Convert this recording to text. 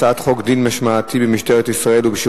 לפיכך אני קובע שהצעת החוק לתיקון פקודת